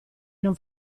non